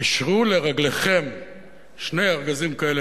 קשרו לרגליכם שני ארגזים כאלה,